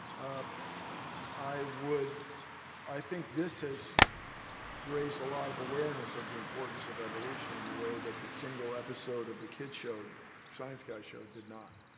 ah i would i think this has raised a lot of awareness of the importance of evolution in the way that the single episode of the kids' show science guy show did not